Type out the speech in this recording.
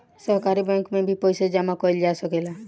सहकारी बैंक में भी पइसा जामा कईल जा सकेला